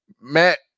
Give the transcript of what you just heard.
Matt